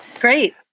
Great